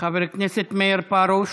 חבר הכנסת מאיר פרוש.